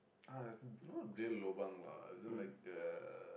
ah not real lobang lah is just like a